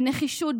בנחישות,